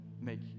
make